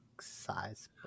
Size